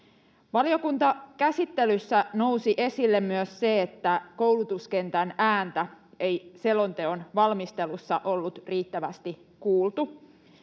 Valiokuntakäsittelyssä nousi esille myös se, että koulutuskentän ääntä ei selonteon valmistelussa ollut riittävästi kuultu.